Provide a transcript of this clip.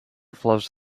flows